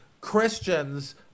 Christians